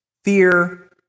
Fear